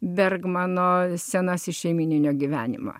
bergmano senasis šeimyninio gyvenimo